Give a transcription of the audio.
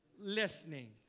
listening